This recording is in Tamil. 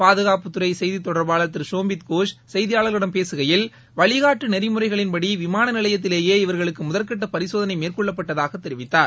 பாதுகாப்புத் துறை செய்தித் தொடர்பாளர் திரு சோம்பித் கோஷ் செய்தியாளர்களிடம் பேசுகையில் வழினாட்டு நெறிமுறைகளின்படி விமான நிலையத்திலேயே இவர்களுக்கு முதற்கட்ட பரிசோதனை மேற்கொள்ளப்பட்டதாக தெரிவித்தார்